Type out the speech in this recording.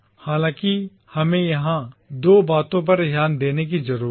हालांकि हमें यहां दो बातों पर ध्यान देने की जरूरत है